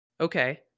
Okay